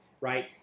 right